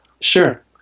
Sure